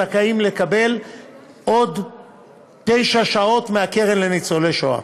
זכאים לקבל עוד תשע שעות מהקרן לניצולי השואה.